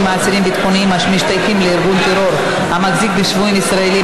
מאסירים ביטחוניים המשתייכים לארגון טרור המחזיק בשבויים ישראלים),